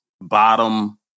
bottom